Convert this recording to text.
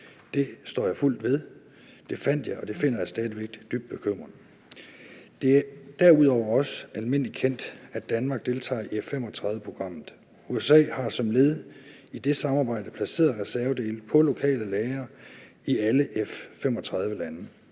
Det står jeg fuldt ud ved, og jeg fandt, og jeg finder det også stadig væk dybt bekymrende. Det er derudover også almindeligt kendt, at Danmark deltager i F-35-programmet. USA har som led i det samarbejde placeret reservedele på lokale lagre i alle F-35-lande.